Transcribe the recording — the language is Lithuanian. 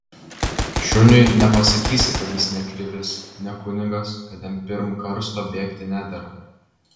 šuniui nepasakysi kad jis ne krivis ne kunigas kad jam pirm karsto bėgti nedera